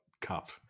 cup